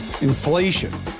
Inflation